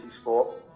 Sport